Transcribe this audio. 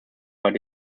but